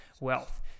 wealth